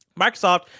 Microsoft